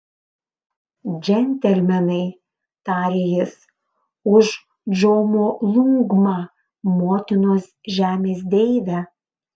džentelmenai tarė jis už džomolungmą motinos žemės deivę